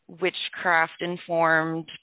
witchcraft-informed